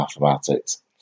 mathematics